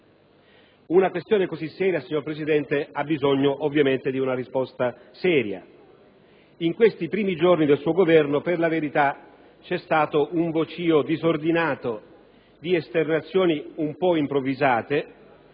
Una questione così seria, signor Presidente, necessita ovviamente di una risposta seria. In questi primi giorni di formazione del suo Governo, per la verità, abbiamo assistito ad un vocìo disordinato di esternazioni un po' improvvisate.